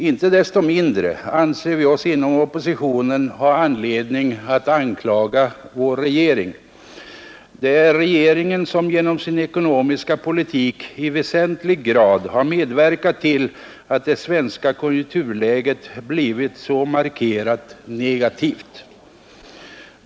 Inte desto mindre anser vi oss inom oppositionen ha anledning anklaga vår regering. Det är regeringen som genom sin ekonomiska politik i väsentlig grad har medverkat till att det svenska konjunkturläget har blivit så markerat negativt.